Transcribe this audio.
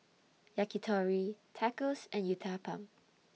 Yakitori Tacos and Uthapam